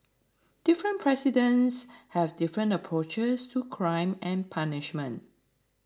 different presidents have different approaches to crime and punishment